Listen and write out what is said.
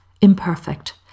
imperfect